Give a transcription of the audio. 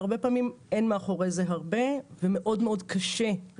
והרבה פעמים אין מאחורי זה הרבה וקשה מאוד